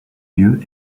lieu